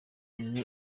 umwe